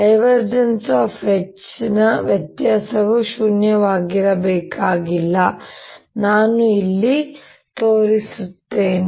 H ನ ವ್ಯತ್ಯಾಸವು ಶೂನ್ಯವಾಗಿರಬೇಕಾಗಿಲ್ಲ ನಾನು ಇಲ್ಲಿ ತೋರಿಸುತ್ತೇನೆ